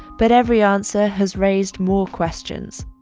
but every answer has raised more questions.